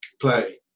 play